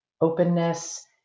openness